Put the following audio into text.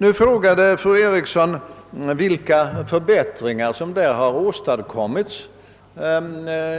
Nu frågade fru Eriksson, vilka förbättringar som där har åstadkommits